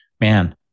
man